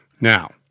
now